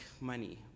money